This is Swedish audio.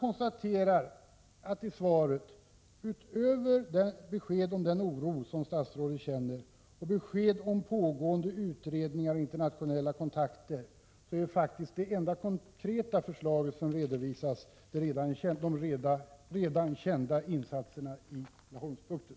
I svaret redovisas utöver besked om den oro som statsrådet känner och besked om pågående utredningar och internationella kontakter, faktiskt ett enda konkret förslag, nämligen de redan kända insatserna i Laholmsbukten.